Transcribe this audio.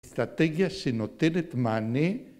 ‫אסטרטגיה שנותנת מענה.